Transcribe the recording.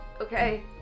okay